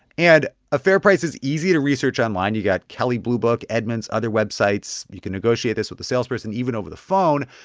and a fair price is easy to research online. you got kelley blue book, edmunds, other websites. you can negotiate this with the salesperson even over the phone.